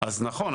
אז נכון,